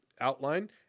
outline